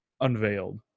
unveiled